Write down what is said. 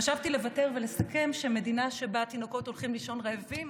חשבתי לוותר ולסכם בכך שמדינה שבה תינוקות הולכים לישון רעבים